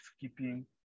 keeping